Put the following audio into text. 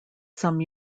some